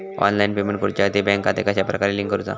Online payment करुच्याखाती bank खाते कश्या प्रकारे लिंक करुचा?